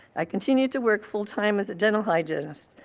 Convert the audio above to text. i continued to work full-time as a dental hygienist.